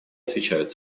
отвечают